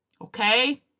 okay